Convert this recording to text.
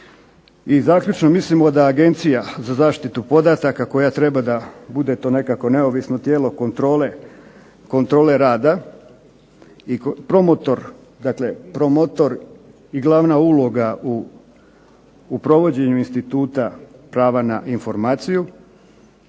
I zaključno, mislimo da Agencija za zaštitu podataka koja treba da bude to nekakvo neovisno tijelo kontrole rada i promotor i glavna uloga u provođenju instituta prava na informaciju,